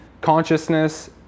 consciousness